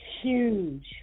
huge